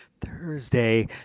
Thursday